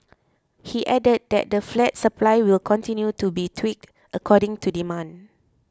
he added that the flat supply will continue to be tweaked according to demand